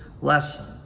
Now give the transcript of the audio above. lesson